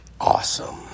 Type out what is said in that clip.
awesome